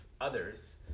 others